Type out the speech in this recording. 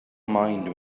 mind